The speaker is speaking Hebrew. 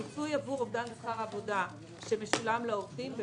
הפיצוי עבור אובדן שכר עבודה שמשולם לעובדים הוא